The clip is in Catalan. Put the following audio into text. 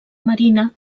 marina